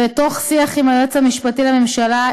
ותוך שיח עם היועץ המשפטי לממשלה,